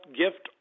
gift